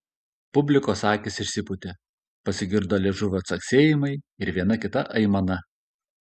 publikos akys išsipūtė pasigirdo liežuvio caksėjimai ir viena kita aimana